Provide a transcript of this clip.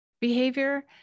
behavior